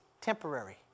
temporary